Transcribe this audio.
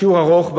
שיעור ארוך,